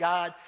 God